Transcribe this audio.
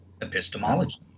epistemology